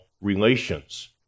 relations